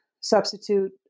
substitute